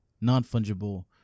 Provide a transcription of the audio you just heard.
Non-fungible